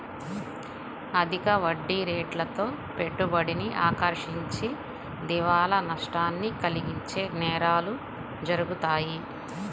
అధిక వడ్డీరేట్లతో పెట్టుబడిని ఆకర్షించి దివాలా నష్టాన్ని కలిగించే నేరాలు జరుగుతాయి